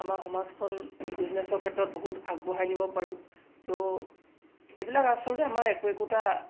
আমাৰ সমাজখন বিজনেছৰ ক্ষেত্ৰত বহুত আগবঢ়াই নিব পাৰোঁ ত' এইবিলাক আচলতে আমাৰ একো একোটা